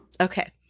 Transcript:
Okay